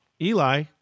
Eli